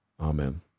Amen